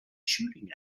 shooting